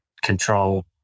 control